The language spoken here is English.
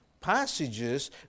passages